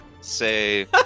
Say